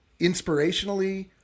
inspirationally